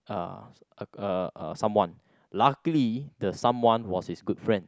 uh someone luckily the someone was his good friend